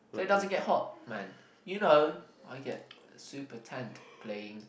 so it doesn't get hot man you know I get super tanned playing